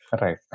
Right